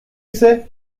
ise